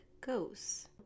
goes